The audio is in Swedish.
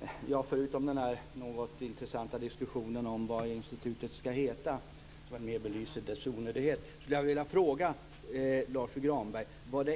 Fru talman! Förutom den något intressanta diskussionen om vad institutet ska heta som väl mer belyser dess onödighet skulle jag vilja fråga Lars U Granberg vad